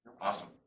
Awesome